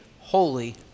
holy